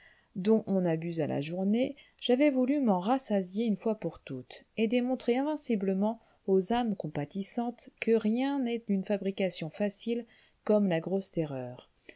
dont on abuse à la journée j'avais voulu m'en rassasier une fois pour toutes et démontrer invinciblement aux âmes compatissantes que rien n'est d'une fabrication facile comme la grosse terreur